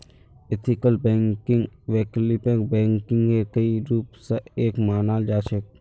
ethical बैंकिंगक वैकल्पिक बैंकिंगेर कई रूप स एक मानाल जा छेक